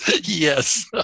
Yes